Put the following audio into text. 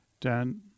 Dan